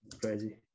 Crazy